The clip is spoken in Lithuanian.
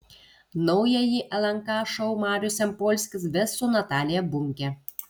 naująjį lnk šou marius jampolskis ves su natalija bunke